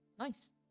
Nice